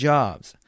Jobs